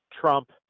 Trump